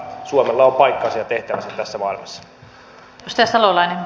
suomella on paikkansa ja tehtävänsä tässä maailmassa